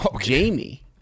Jamie